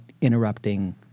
interrupting